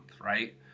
right